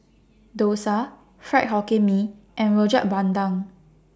Dosa Fried Hokkien Mee and Rojak Bandung